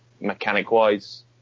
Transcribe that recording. Mechanic-wise